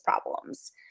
problems